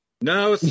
No